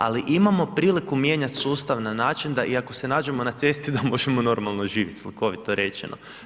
Ali imamo priliku mijenjat sustav na način da iako se nađemo na cesti da možemo normalno živjet, slikovito rečeno.